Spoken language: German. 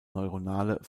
neuronale